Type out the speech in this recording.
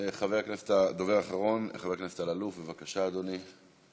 הדובר האחרון, חבר הכנסת אלאלוף, בבקשה, אדוני.